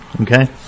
okay